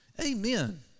amen